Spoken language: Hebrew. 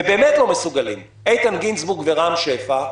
ובאמת לא מסוגלים איתן גינזבורג ורם שפע,